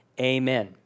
amen